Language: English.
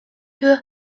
who